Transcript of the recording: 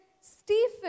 Stephen